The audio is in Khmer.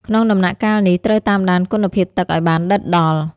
ក្នុងដំណាក់កាលនេះ ត្រូវតាមដានគុណភាពទឹកឲ្យបានដិតដល់។